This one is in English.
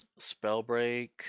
Spellbreak